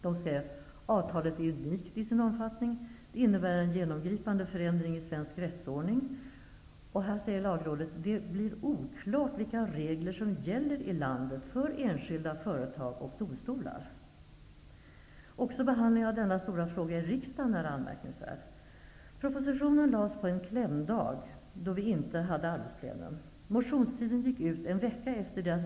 De skrev: Avtalet är unikt i sin omfattning. Det innebär en genomgripande förändring i svensk rättsordning. Det blir oklart vilka regler som gäller i landet för enskilda, företag och domstolar. Även behandlingen i riksdagen av denna stora fråga är anmärkningsvärd. Propositionen lades fram på en klämdag, då vi inte hade arbetsplenum.